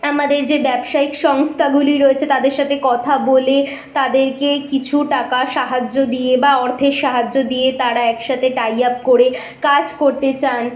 আমাদের যে ব্যবসায়িক সংস্থাগুলি রয়েছে তাদের সাথে কথা বলে তাদেরকে কিছু টাকা সাহায্য দিয়ে বা অর্থের সাহায্য দিয়ে তারা একসাথে টাই আপ করে কাজ করতে চান